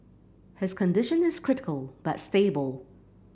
his condition is critical but stable